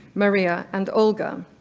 maria and olga.